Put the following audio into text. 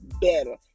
better